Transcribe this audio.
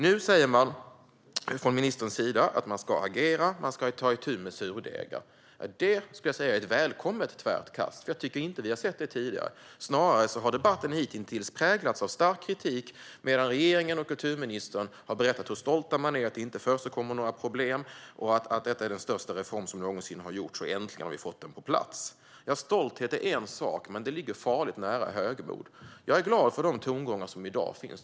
Nu säger man från ministerns sida att man ska agera och att man ska ta itu med surdegar. Det skulle jag säga är ett välkommet tvärt kast, för jag tycker inte att vi har sett att man gjort det tidigare. Snarare har debatten hittills präglats av stark kritik medan regeringen och kulturministern har berättat om hur stolt man är över att det inte förekommer några problem, att detta är den största reform som någonsin har gjorts och att man äntligen har fått den på plats. Stolthet är en sak, men det ligger farligt nära högmod. Jag är glad över de tongångar som hörs i dag.